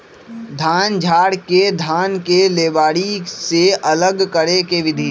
धान झाड़ के धान के लेबारी से अलग करे के विधि